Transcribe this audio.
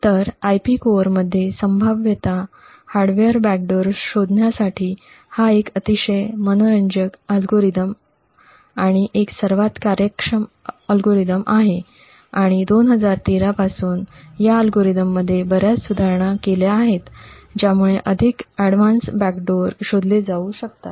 तर IP कोअर्समध्ये संभाव्य हार्डवेअर बॅकडोर शोधण्यासाठी हा एक अतिशय मनोरंजक अल्गोरिदम आणि एक सर्वात कार्यक्षम अल्गोरिदम आहे आणि 2013 पासून या अल्गोरिदममध्ये बर्याच सुधारणा केल्या आहेत ज्यामुळे अधिक अडवान्स बॅकडोर शोधले जाऊ शकतात